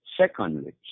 Secondly